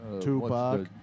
Tupac